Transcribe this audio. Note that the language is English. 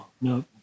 no